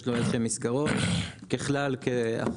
יש לו איזשהם מסגרות.